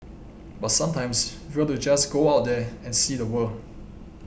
but sometimes further just go out there and see the world